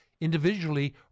individually